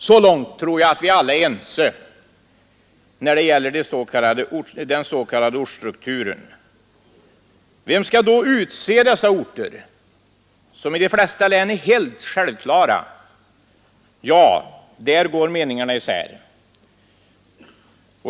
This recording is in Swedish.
Så långt tror jag att vi alla är ense när det gäller den s.k. ortsstrukturen. Vem skall då utse dessa orter, som i de flesta län är helt självklara? Ja, där går meningarna isär.